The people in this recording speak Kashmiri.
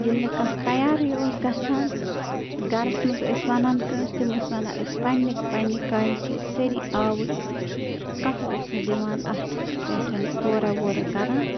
ییٚلہِ نہٕ کانٛہہ تَیارٕے اوس گژھان تہٕ گَرَس منٛز ٲسۍ وَنان کٲنٛسہِ تِم ٲسۍ وَنان أسۍ پنٛنہِ پنٛنہِ کامہِ سۭتۍ سٲری آوٕرۍ کانٛہہ اوس نہٕ دِوان اَتھ پٮ۪ٹھ غورا وورا کَران